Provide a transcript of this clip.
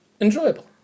enjoyable